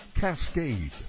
Cascade